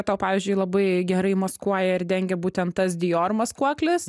tau pavyzdžiui labai gerai maskuoja ir dengia būtent tas dior maskuoklis